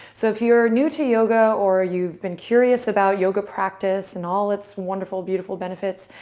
so if you're new to yoga or you've been curious about yoga practice and all its wonderful beautiful benefits,